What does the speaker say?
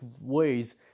ways